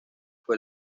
fue